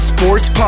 Sports